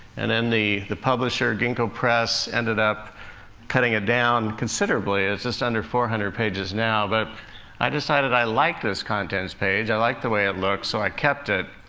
and then the the publisher, gingko press, ended up cutting it down considerably it's just under four hundred pages now. but i decided i liked this contents page i liked the way it looks so i kept it.